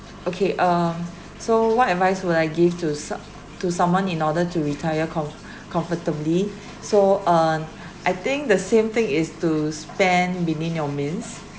okay um so what advice would I give to so~ to someone in order to retire com~ comfortably so um I think the same thing is to spend within your means